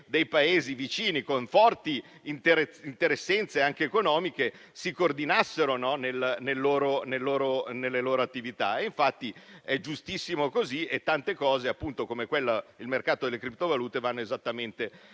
dei Paesi vicini, con forti interessi e interessenze anche economiche, si coordinassero nelle loro attività. Infatti è giustissimo così e tante cose, come il mercato delle criptovalute, vanno esattamente